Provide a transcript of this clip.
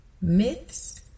myths